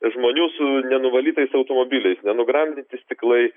žmonių su nenuvalytais automobiliais nenugramdyti stiklai